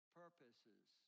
purposes